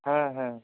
ହଁ ହଁ